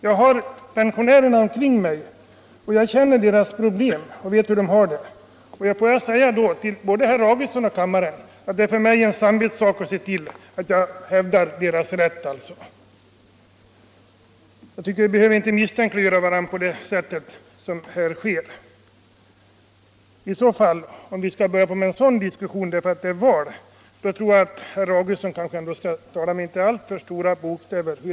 Jag har pensionärerna omkring mig och jag känner deras problem. Får jag vidare säga till herr Augustsson och kammarens ledamöter att det för mig är en samvetssak att hävda folkpensionärernas rätt. Vi behöver inte misstänkliggöra varandra på sätt som här skett därför. Att vi skall börja föra en sådan diskussion därför att det är valår, tror jag att herr Augustsson inte bör tala med alltför stora bokstäver om.